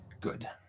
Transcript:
Good